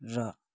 र